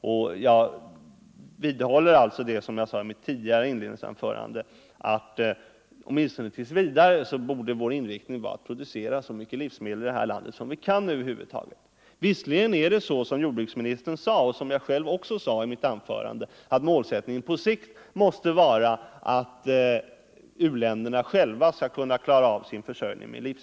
Jag vidhåller vad jag sade i mitt tidigare anförande, 6 december 1974 nämligen att vår inriktning i detta land åtminstone tills vidare borde I vara att producera så mycket livsmedel som över huvud taget är möjligt. — Ang. jordbrukspoli Visserligen är det så som jordbruksministern framhöll och som jag = tiken själv sade i mitt anförande, nämligen att målsättningen på sikt måste vara att u-länderna själva skall kunna klara sin livsmedelsförsörjning.